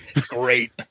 Great